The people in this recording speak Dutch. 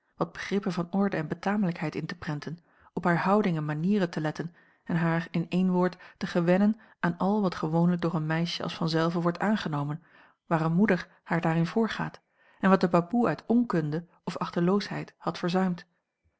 wat begrippen van orde en betamelijkheid in te prenten op hare houding en manieren te letten en haar in één woord te gewennen aan al wat gewoonlijk door een meisje als vanzelve wordt aangenomen waar eene moeder haar daarin voorgaat en wat de baboe uit onkunde of achteloosheid had verzuimd